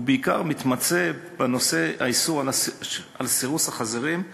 הוא מתמצה בעיקר בנושא איסור סירוס החזירים,